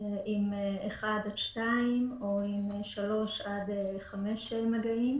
עם אחד או שניים או עם שלושה עד חמישה מגעים,